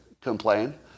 complain